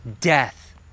death